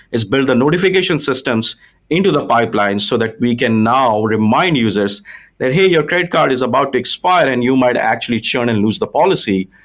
is build the notification systems into the pipeline so that we can now remind users that, hey, your credit card is about to expire and you might actually churn and lose the policy.